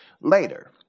Later